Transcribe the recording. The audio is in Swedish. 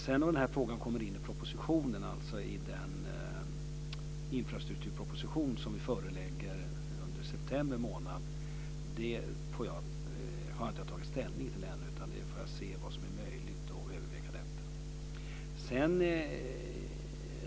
Sedan om den här frågan kommer med i den infrastrukturproposition som vi förelägger under september har jag inte tagit ställning till, utan vi får se vad som är möjligt och överväga det.